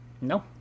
no